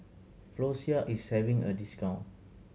Floxia is having a discount